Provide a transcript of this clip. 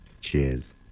Cheers